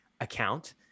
account